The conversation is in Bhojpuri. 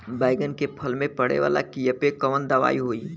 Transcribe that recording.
बैगन के फल में पड़े वाला कियेपे कवन दवाई होई?